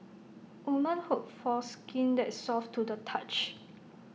women hope for skin that is soft to the touch